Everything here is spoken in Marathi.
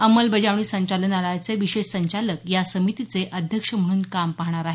अंमलबजावणी संचालनालयाचे विशेष संचालक या समितीचे अध्यक्ष म्हणून काम पाहणार आहेत